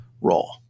role